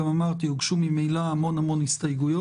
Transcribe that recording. הוגשו גם ממילא המון הסתייגויות,